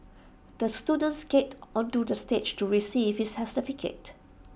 the student skated onto the stage to receive his certificate